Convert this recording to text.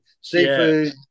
seafood